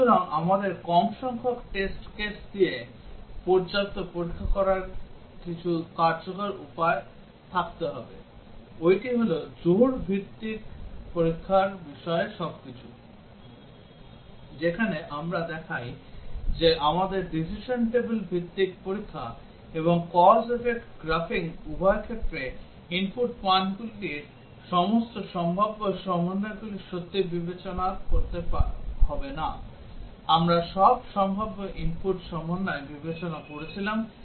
সুতরাং আমাদের কম সংখ্যক টেস্ট কেস দিয়ে পর্যাপ্ত পরীক্ষা করার কিছু কার্যকর উপায় থাকতে হবে ওইটি হল জোড়া ভিত্তিক পরীক্ষার বিষয়ে সবকিছু যেখানে আমরা দেখাই যে আমাদের decision table ভিত্তিক পরীক্ষা এবং cause effect গ্রাফিং উভয় ক্ষেত্রে input মানগুলির সমস্ত সম্ভাব্য সমন্বয়গুলি সত্যিই বিবেচনা করতে হবে না আমরা সব সম্ভাব্য input সমন্বয় বিবেচনা করছিলাম